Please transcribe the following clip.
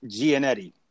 Gianetti